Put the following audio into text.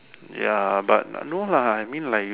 ya but no lah I mean like